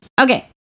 Okay